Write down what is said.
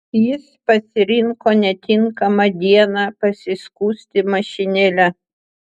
jis pasirinko netinkamą dieną pasiskųsti mašinėle